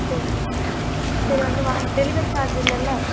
சரி சரி வந்து வாங்கி டெலிவரி சார்ஜ் இல்லைல்ல